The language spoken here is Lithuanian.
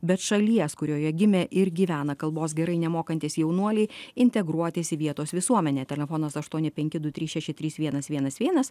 bet šalies kurioje gimė ir gyvena kalbos gerai nemokantys jaunuoliai integruotis į vietos visuomenę telefonas aštuoni penki du trys šeši trys vienas vienas vienas